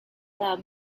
the